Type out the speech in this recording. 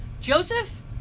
Joseph